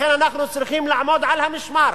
לכן אנחנו צריכים לעמוד על המשמר,